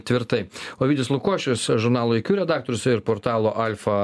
tvirtai ovidijus lukošius žurnalo iq redaktorius portalo alfa